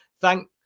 Thank